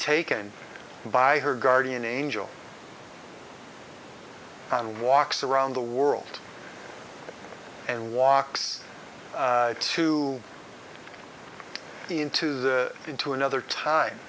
taken by her guardian angel and walks around the world and walks to the into the into another time